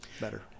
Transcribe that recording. better